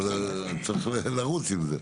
צריך לרוץ עם זה.